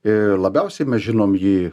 ir labiausiai mes žinom jį